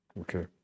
okay